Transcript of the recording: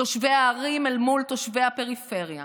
תושבי הערים אל מול תושבי הפריפריה,